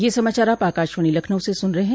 ब्रे क यह समाचार आप आकाशवाणी लखनऊ से सुन रहे हैं